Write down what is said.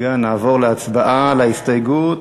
נעבור להצבעה על ההסתייגות.